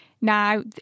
Now